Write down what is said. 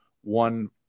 one